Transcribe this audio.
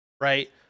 right